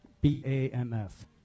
B-A-M-F